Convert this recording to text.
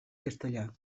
castellà